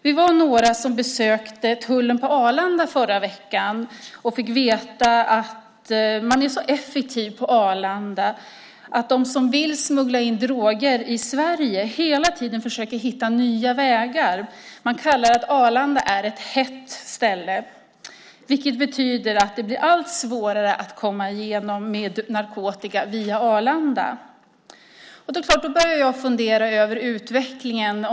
Vi var några som besökte tullen på Arlanda förra veckan och fick veta att man är så effektiv på Arlanda att de som vill smuggla in droger i Sverige hela tiden försöker hitta nya vägar. Man säger att Arlanda är ett "hett" ställe, vilket betyder att det blir allt svårare att komma igenom med narkotika via Arlanda. Jag börjar fundera över utvecklingen.